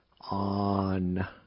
on